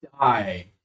die